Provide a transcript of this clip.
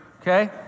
okay